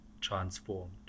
transformed